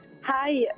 Hi